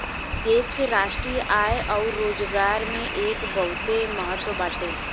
देश के राष्ट्रीय आय अउर रोजगार में एकर बहुते महत्व बाटे